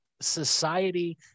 society